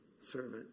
Servant